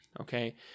Okay